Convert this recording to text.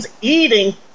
eating